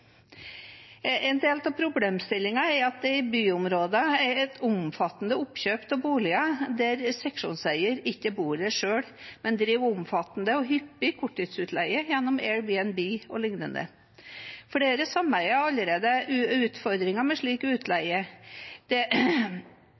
En del av problemstillingen er at det i byområder er et omfattende oppkjøp av boliger der seksjonseier ikke bor selv, men driver omfattende og hyppig korttidsutleie gjennom Airbnb o.l. Flere sameier har allerede utfordringer med slik